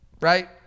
right